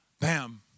bam